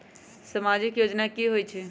समाजिक योजना की होई छई?